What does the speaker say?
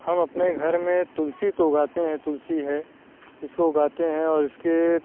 ہم اپنے گھر میں تلسی تو اگاتے ہیں تلسی ہے اس کو اگاتے ہیں اور اس کے